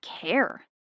care